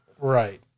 Right